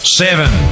seven